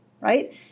right